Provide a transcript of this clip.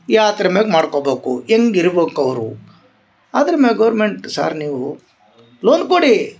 ಯಾದ್ರ ಮೇಲ ಮಾಡ್ಕೊಬೇಕು ಹೆಂಗ ಇರ್ಬಕು ಅವರು ಅದ್ರ ಮ್ಯಾಗ ಗೌರ್ಮೆಂಟ್ ಸಾರ್ ನೀವು ಲೋನ್ ಕೊಡಿ